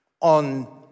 On